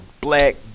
black